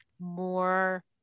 more